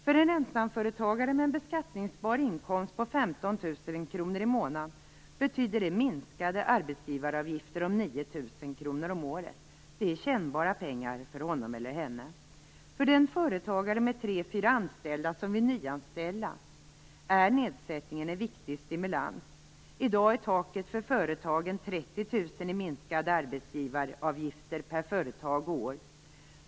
För en ensamföretagare med en beskattningsbar inkomst på 15 000 kr i månaden betyder det minskade arbetsgivaravgifter om 9 000 kr om året. Det är kännbara pengar för honom eller henne. För den företagare med tre fyra anställda som vill nyanställa är nedsättningen en viktig stimulans. I dag är taket för företagen 30 000 i minskade arbetsgivaravgifter per företag och år.